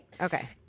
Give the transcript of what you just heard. Okay